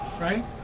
right